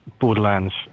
Borderlands